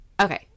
Okay